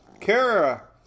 Kara